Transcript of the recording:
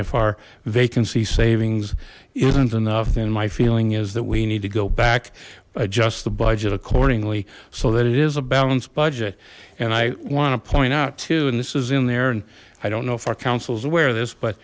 if our vacancy savings isn't enough then my feeling is that we need to go back by just the budget accordingly so that it is a balanced budget and i want to point out too and this is in there and i don't know if our councils aware of this but